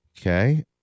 Okay